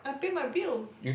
I pay my bills